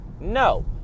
No